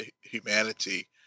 humanity